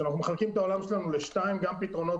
אנחנו מחלקים את העולם שלנו לשניים: גם פתרונות